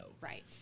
Right